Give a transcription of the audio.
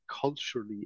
culturally